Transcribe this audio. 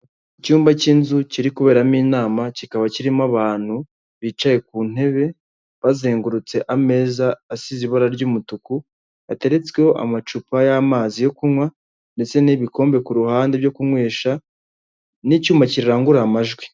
Icyumba cy'inzu kiri kuberamo inama, kikaba kirimo abantu bicaye ku ntebe, bazengurutse ameza asize ibara ry'umutuku, hateretsweho amacupa y'amazi yo kunywa ndetse n'ibikombe ku ruhande byo kunywesha, n'icyuma kirangurura amajwi.